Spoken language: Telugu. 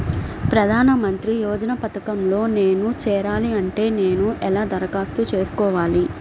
ప్రధాన మంత్రి యోజన పథకంలో నేను చేరాలి అంటే నేను ఎలా దరఖాస్తు చేసుకోవాలి?